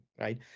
right